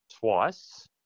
Twice